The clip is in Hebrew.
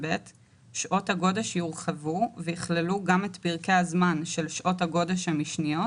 (ב)שעות הגודש יורחבו ויכללו גם את פרקי הזמן של שעות הגודש המשניות,